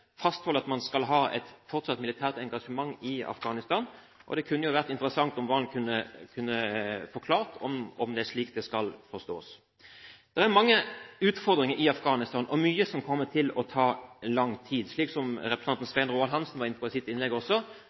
fastholder at man skal fortsatt ha et militært engasjement i Afghanistan. Det kunne jo være interessant om Serigstad Valen kunne forklare om det er slik det skal forstås. Det er mange utfordringer i Afghanistan, og mye som kommer til å ta lang tid, slik også representanten Svein Roald Hansen var inne på i sitt innlegg.